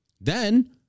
Then-